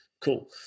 cool